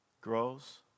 grows